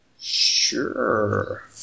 Sure